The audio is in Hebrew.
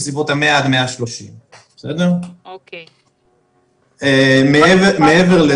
בסביבות 100 עד 130. מעבר לזה,